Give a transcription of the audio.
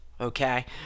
okay